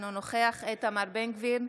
אינו נוכח איתמר בן גביר,